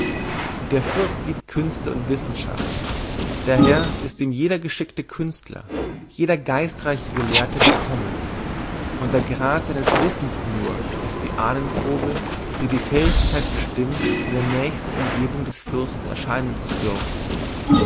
der fürst liebt künste und wissenschaft daher ist ihm jeder geschickte künstler jeder geistreiche gelehrte willkommen und der grad seines wissens nur ist die ahnenprobe die die fähigkeit bestimmt in der nächsten umgebung des fürsten erscheinen zu dürfen